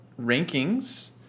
rankings